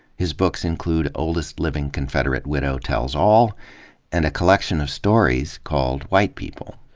his books include oldest living confederate widow tells all and a collection of stories called white people.